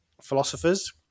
philosophers